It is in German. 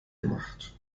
gemacht